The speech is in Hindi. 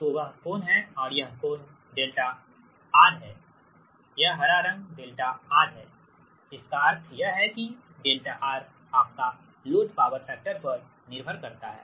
तो वह कोण है और यह कोण δR है यह हरा रंग δR है इसका अर्थ यह है कि δR आपका लोड पावर फैक्टर पर निर्भर करता है